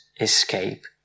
escape